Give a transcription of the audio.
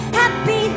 happy